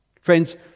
Friends